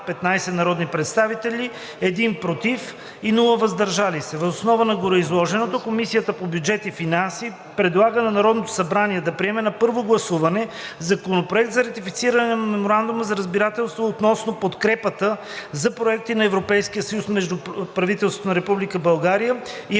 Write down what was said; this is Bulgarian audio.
15 народни представители, 1 „против” и без „въздържал се“. Въз основа на гореизложеното Комисията по бюджет и финанси предлага на Народното събрание да приеме на първо гласуване Законопроект за ратифициране на Меморандума за разбирателство относно подкрепа за проекти на Европейския съюз между правителството на Република България и